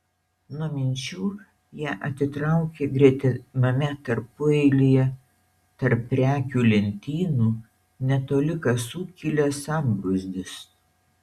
nuo minčių ją atitraukė gretimame tarpueilyje tarp prekių lentynų netoli kasų kilęs sambrūzdis